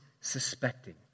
suspecting